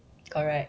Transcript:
correct